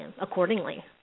accordingly